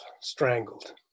strangled